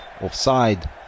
offside